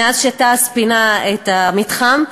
מאז שתע"ש פינה את המתחם,